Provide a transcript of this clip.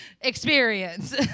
experience